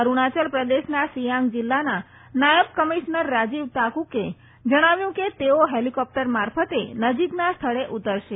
અરૂણાચલ પ્રદેશના સિયાંગ જિલ્લાના નાયબ કમિશનર રાજીવ તાકુકે જણાવ્યું કે તેઓ ફેલિક્રોપ્ટર મારફતે નજીકના સ્થળે ઉતરશે